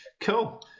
Cool